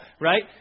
Right